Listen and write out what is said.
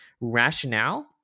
rationale